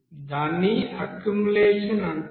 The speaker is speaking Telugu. దాన్ని అక్యుములేషన్ అంటారు